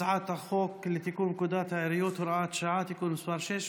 הצעת החוק לתיקון פקודת העיריות (הוראת שעה) (תיקון מס' 6)